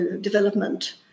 development